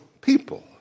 people